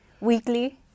weekly